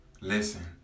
listen